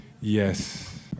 Yes